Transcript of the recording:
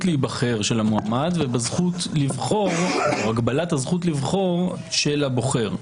להיבחר של המועמד ובהגבלת הזכות לבחור של הבוחר.